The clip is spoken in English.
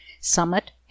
Summit